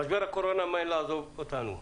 משבר הקורונה ממאן לעזוב אותנו.